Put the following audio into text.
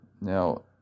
Now